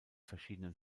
verschiedenen